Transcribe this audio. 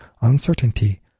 uncertainty